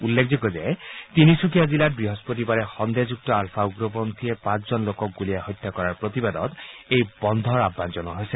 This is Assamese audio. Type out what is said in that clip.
উল্লেখযোগ্য যে তিনিচুকীয়া জিলাত বৃহস্পতিবাৰে সন্দেহযুক্ত আলফা উগ্ৰপন্থীয়ে পাঁচজন লোকক গুলীয়াই হত্যা কৰাৰ প্ৰতিবাদত এই বন্ধৰ আহান জনোৱা হৈছে